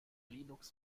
linux